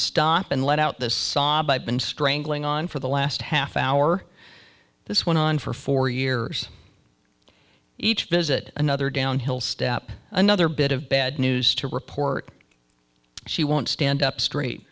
stop and let out this sob i've been strangling on for the last half hour this went on for four years each visit another downhill step another bit of bad news to report she won't stand up straight